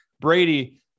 Brady